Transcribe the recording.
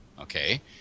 okay